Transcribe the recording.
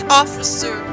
officer